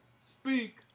speak